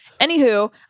Anywho